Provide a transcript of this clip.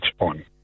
on